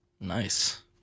Nice